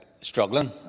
struggling